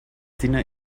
dinner